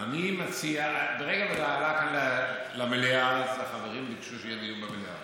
מציע למליאה, כי החברים ביקשו שיהיה דיון במליאה.